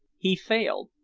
he failed,